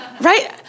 right